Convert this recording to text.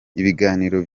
ibiganiro